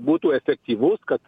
būtų efektyvus kad